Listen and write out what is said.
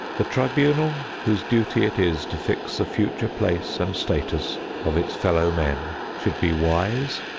the tribunal whose duty it is to fix the future place and status of its fellowmen should be wise,